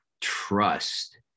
trust